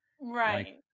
right